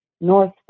north